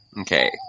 Okay